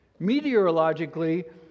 Meteorologically